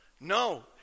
No